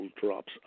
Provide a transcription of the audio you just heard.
drops